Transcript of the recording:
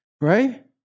right